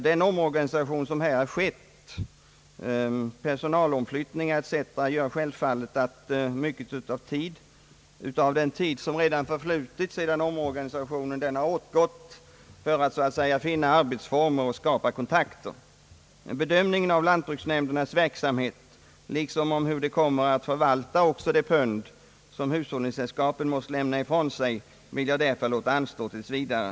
Den omorganisation som har skett, personalomflyttningar etc., gör självfallet att mycket av den tid som förflutit efter omorganisationen har åtgått för att så att säga finna arbetsformer och skapa kontakter. Bedömningen av lantbruksnämndernas verksamhet liksom av hur de kommer att förvalta också det pund som hushållningssällskapen måst lämna ifrån sig vill jag därför låta anstå tills vidare.